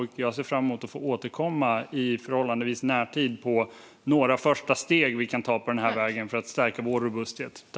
Jag ser fram emot att få återkomma i förhållandevis närtid om några första steg vi kan ta på vägen att stärka vår robusthet.